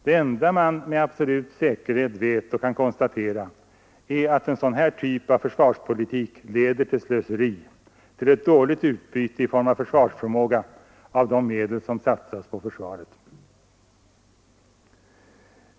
Det enda man med absolut säkerhet kan konstatera är att en sådan typ av försvarspolitik leder till slöseri — till ett dåligt utbyte i form av försvarsförmåga av de medel som satsas på försvaret.